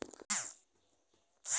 आपन फसल बेचे क सबसे सही तरीका का ह?